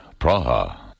Praha